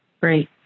Great